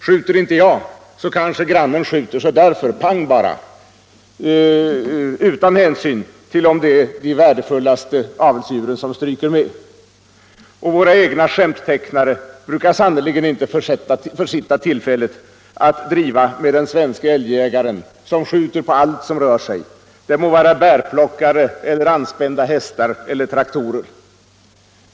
”Skjuter inte jag, kanske grannen skjuter, så därför: pang bara!” Så tycks man ha resonerat, utan att ta hänsyn till om det är de värdefullaste avelsdjuren som stryker med. Och våra egna skämttecknare brukar sannerligen inte försitta tillfället att driva med den svenske älgjägaren, som skjuter på allt som rör sig, det må vara bärplockare eller anspända hästar eller traktorer.